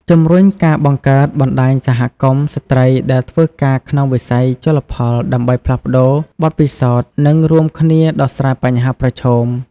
ជំរុញការបង្កើតបណ្ដាញសហគមន៍ស្ត្រីដែលធ្វើការក្នុងវិស័យជលផល ដើម្បីផ្លាស់ប្ដូរបទពិសោធន៍ និងរួមគ្នាដោះស្រាយបញ្ហាប្រឈម។